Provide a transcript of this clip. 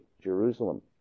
Jerusalem